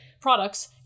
products